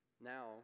Now